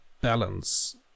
balance